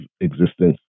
existence